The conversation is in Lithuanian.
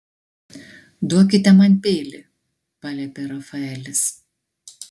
duokite man peilį paliepė rafaelis